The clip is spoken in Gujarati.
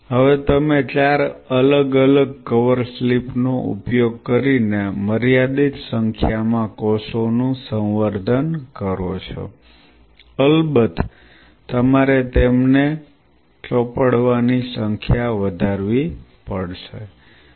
હવે તમે ચાર અલગ અલગ કવર સ્લિપ નો ઉપયોગ કરીને મર્યાદિત સંખ્યામાં કોષોનું સંવર્ધન કરો છો અલબત્ત તમારે તેમની ચોપડવાની સંખ્યા વધારવી પડશે